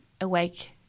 awake